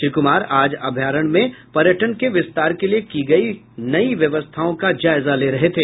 श्री कुमार आज अभ्यारण्य में पर्यटन के विस्तार के लिए की गयी नयी व्यवस्थाओं का जायजा ले रहे थे